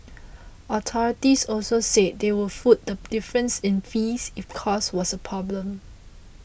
authorities also said they would foot the difference in fees if cost was a problem